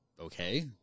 okay